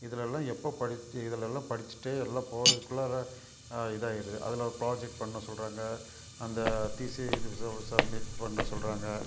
இதிலலாம் எப்போ படித்து இதிலலாம் படிச்சுட்டு எல்லாம் போகிறதுக்குள்ளாற இதாயிடுது அதில் ஒரு ப்ராஜெக்ட் பண்ண சொல்கிறாங்க அந்த தீஸீ சப்மிட் பண்ண சொல்கிறாங்க